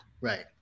Right